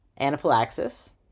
anaphylaxis